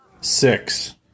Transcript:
six